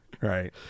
Right